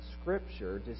Scripture